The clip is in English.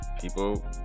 people